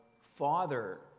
Father